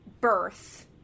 birth